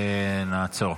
נעצור.